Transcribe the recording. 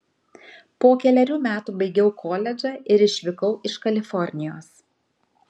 po kelerių metų baigiau koledžą ir išvykau iš kalifornijos